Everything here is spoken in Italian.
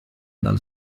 dal